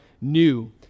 new